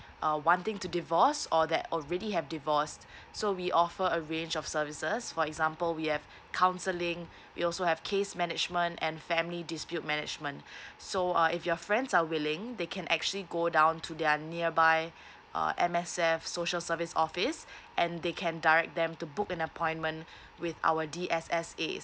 uh one thing to divorce or that already have divorced so we offer a range of services for example we have counselling we also have case management and family dispute management so uh if your friends are willing they can actually go down to their nearby uh M_S_F social service office and they can direct them to book an appointment with our D_S_S_A